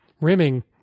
rimming